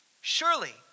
Surely